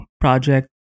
project